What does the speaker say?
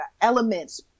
elements